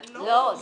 לא, ממש לא.